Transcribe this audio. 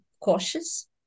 cautious